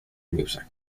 music